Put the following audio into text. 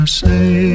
say